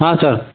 ಹಾಂ ಸರ್